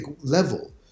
level